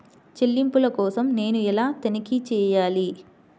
చెల్లింపుల కోసం నేను ఎలా తనిఖీ చేయాలి?